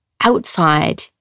outside